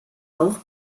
auch